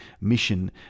mission